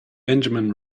benjamin